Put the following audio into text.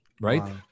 right